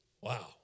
Wow